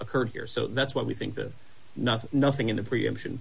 occurred here so that's why we think that nothing nothing in the preemption